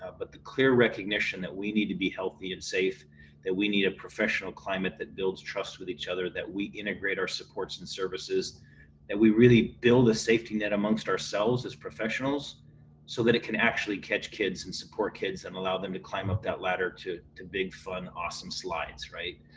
but the clear recognition that we need to be healthy and safe that we need a professional climate that builds trust with each other that we integrate our supports and services that we really build a safety net amongst ourselves as professionals so that it can actually catch kids and support kids and allow them to climb up that ladder. too big fun, awesome slides, right?